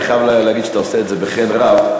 אני חייב להגיד שאתה עושה את זה בחן רב,